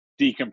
decompress